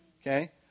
Okay